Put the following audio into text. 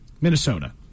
Minnesota